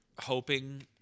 hoping